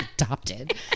adopted